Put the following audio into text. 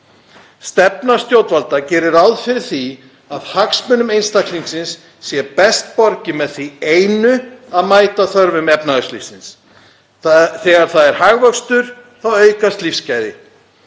Stefna stjórnvalda gerir ráð fyrir því að hagsmunum einstaklingsins sé best borgið með því einu að mæta þörfum efnahagslífsins. Þegar hagvöxtur er þá aukast lífsgæði,